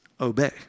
obey